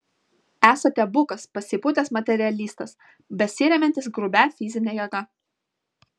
esate bukas pasipūtęs materialistas besiremiantis grubia fizine jėga